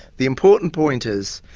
the important point is,